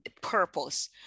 purpose